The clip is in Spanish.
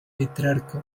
petrarca